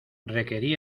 requerí